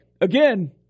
Again